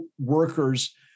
workers